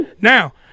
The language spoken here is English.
Now